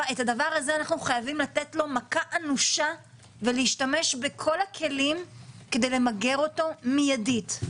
לדבר הזה חייבים לתת מכה אנושה ולהשתמש בכל הכלים כדי למגר אותו מיידית.